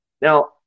Now